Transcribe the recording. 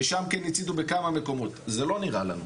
ושם כן הציתו בכמה מקומות .זה לא נראה לנו.